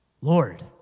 Lord